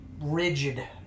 rigid